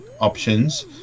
options